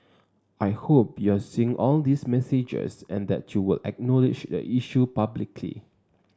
I hope you're seeing all these messages and that you will acknowledge the issue publicly